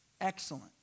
excellent